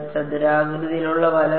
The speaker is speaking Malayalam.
ചതുരാകൃതിയിലുള്ള വലത്